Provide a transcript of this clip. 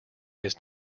his